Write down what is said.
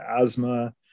asthma